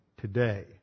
today